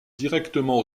directement